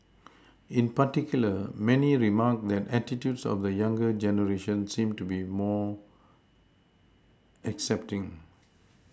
in particular many remarked that attitudes of the younger generation seem to be more accepting